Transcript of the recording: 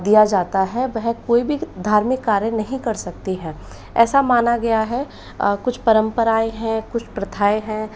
दिया जाता है वह कोई भी धार्मिक कार्य नहीं कर सकती हैं ऐसा माना गया है कुछ परम्पराएँ हैं कुछ प्रथाएँ हैं